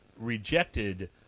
rejected